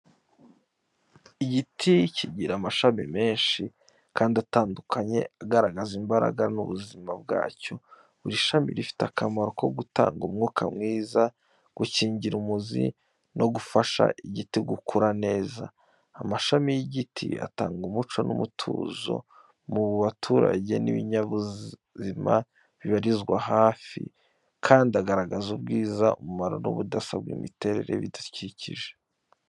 Igiti kigira amashami menshi kandi atandukanye agaragaza imbaraga n’ubuzima bwacyo. Buri shami rifite akamaro ko gutanga umwuka mwiza, gukingira umuzi no gufasha igiti gukura neza. Amashami y’igiti atanga umucyo n’umutuzo ku baturage n’ibinyabuzima bibarizwa hafi, kandi agaragaza ubwiza, umumaro n’Ubudasa bw’imiterere y’ibidukikije.